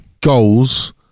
goals